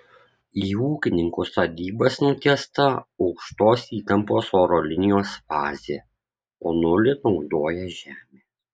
į ūkininkų sodybas nutiesta aukštos įtampos oro linijos fazė o nulį naudoja žemę